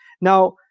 Now